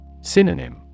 Synonym